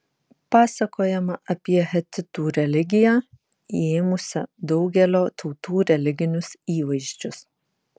pasakojama apie hetitų religiją įėmusią daugelio tautų religinius įvaizdžius